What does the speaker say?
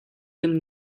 kan